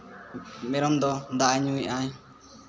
ᱢᱮᱨᱚᱢ ᱫᱚ ᱫᱟᱜᱼᱮ ᱧᱩᱭᱮᱜᱼᱟᱭ